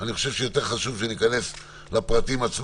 אני חושב שיותר חשוב שניכנס לפרטים עצמם,